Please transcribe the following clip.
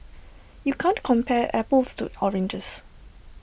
you can't compare apples to oranges